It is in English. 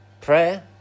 Prayer